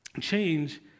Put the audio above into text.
change